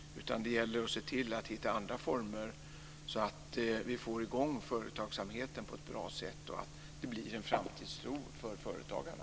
Det gäller att se till att hitta andra former, så att vi får i gång företagsamheten på ett bra sätt och det blir en framtidstro för företagarna.